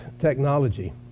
technology